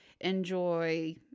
enjoy